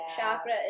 chakra